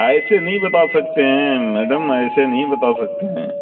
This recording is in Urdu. ایسے نہیں بتا سکتے ہیں میڈم ایسے نہیں بتا سکتے ہیں